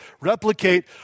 replicate